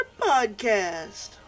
Podcast